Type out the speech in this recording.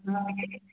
हा